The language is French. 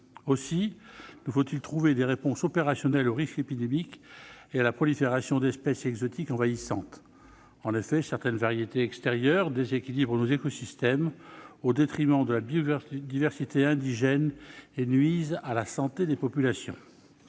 Aussi nous faut-il trouver des réponses opérationnelles aux risques épidémiques et à la prolifération d'espèces exotiques envahissantes. En effet, certaines variétés extérieures déséquilibrent nos écosystèmes au détriment de la biodiversité indigène et nuisent à la santé des populations.